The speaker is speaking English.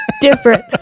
different